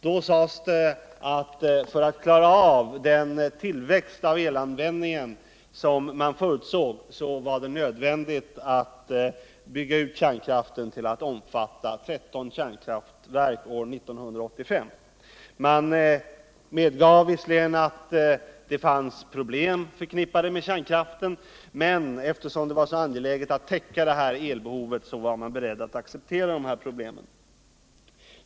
Då sades, att för att man skulle kunna klara av den tillväxt av elanvändningen, som förutsågs, vad det nödvändigt att bygga ut kärnkraften tillatt omfatta 13 kärnkraftverk år 1985. Man medgav visserligen att det fanns problem förknippade med kärnkraften, men eftersom det var så angeläget att täcka elbehovet var man beredd att acceptera dem.